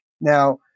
Now